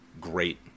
great